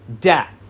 death